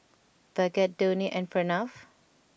Bhagat Dhoni and Pranav